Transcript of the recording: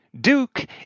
Duke